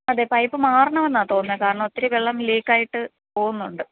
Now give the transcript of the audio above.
അതെ പൈപ്പ് മാറണമെന്നാണ് തോന്നുന്നത് കാരണം ഒത്തിരി വെള്ളം ലീക്കായിട്ട് പോകുന്നുണ്ട്